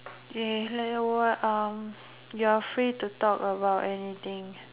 eh now what uh you are free to talk about anything